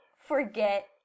forget